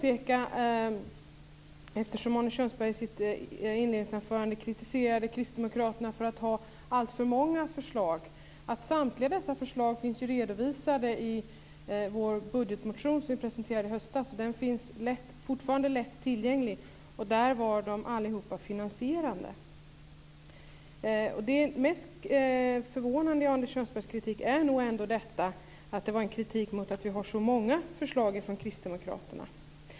Eftersom Arne Kjörnsberg i sitt inledningsanförande kritiserade kristdemokraterna för att ha alltför många förslag, vill jag också påpeka att samtliga dessa förslag finns redovisade i vår budgetmotion som vi redovisade i höstas, och den finns fortfarande lätt tillgänglig. Där var alla förslagen finansierade. Det som mest förvånar mig i Arne Kjörnsbergs kritik var att den riktades mot att vi kristdemokrater hade så många förslag.